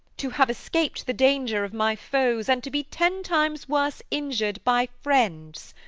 to have escaped the danger of my foes, and to be ten times worse injured by friends!